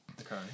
Okay